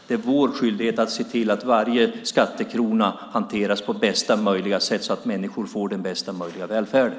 Det är vår skyldighet att se till att varje skattekrona hanteras på bästa möjliga sätt så att människor får den bästa möjliga välfärden.